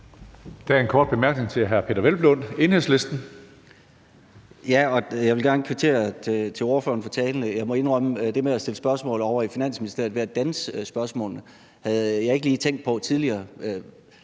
Der er en kort bemærkning til hr. Peder Hvelplund, Enhedslisten. Kl. 16:57 Peder Hvelplund (EL): Jeg vil gerne kvittere ordføreren for talen. Jeg må indrømme, at det med at stille spørgsmål ovre i Finansministeriet ved at danse spørgsmålene havde jeg ikke lige tænkt på tidligere.